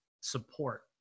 support